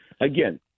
Again